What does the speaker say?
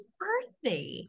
birthday